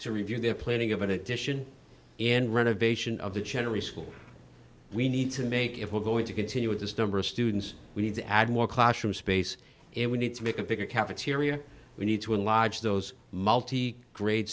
to review their planning of an addition and renovation of the general school we need to make if we're going to continue with this number of students we need to add more classroom space and we need to make a bigger cafeteria we need to enlarge those multi grade